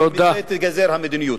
ומזה תיגזר המדיניות.